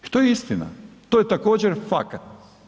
I to je istina, to je također fakat.